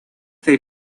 they